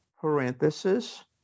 Parenthesis